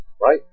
Right